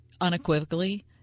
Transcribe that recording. unequivocally